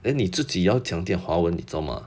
then 你自己要讲一点华文你知道吗